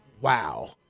Wow